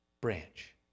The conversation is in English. Branch